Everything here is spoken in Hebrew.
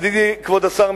ידידי כבוד השר,